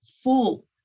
full